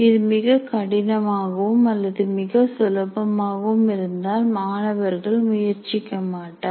இது மிகக் கடினமாகவும் அல்லது மிக சுலபமாகவும் இருந்தால் மாணவர்கள் முயற்சிக்க மாட்டார்